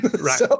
Right